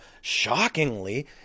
shockingly